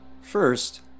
First